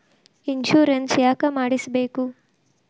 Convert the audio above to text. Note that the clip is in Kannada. ಇನ್ಶೂರೆನ್ಸ್ ಯಾಕ್ ಮಾಡಿಸಬೇಕು?